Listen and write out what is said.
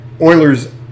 Oilers